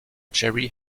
jerry